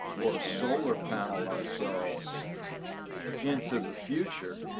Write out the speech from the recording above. or solar panel ourselves into the future,